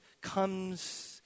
comes